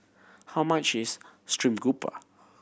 how much is stream grouper